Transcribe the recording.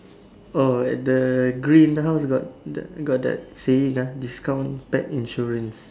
oh at the green house got the got the saying ah discount get insurance